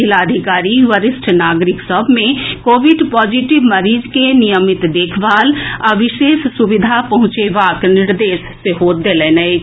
जिलाधिकारी वरिष्ठ नागरिक सभ मे कोविड पॉजिटिव मरीज के नियमित देखभाल आ विशेष सुविधा पहुंचेबाक निर्देश देलनि अछि